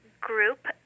group